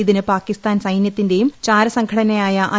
ഇതിന് പാകിസ്ഥാൻ സൈന്യത്തിന്റെയും ചാരസംഘടനയായ ഐ